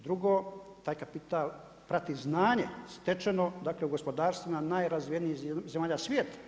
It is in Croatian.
Drugo, taj kapital prati znanje stečeno u gospodarstvima najrazvijenijih zemalja svijeta.